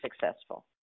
successful